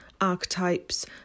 archetypes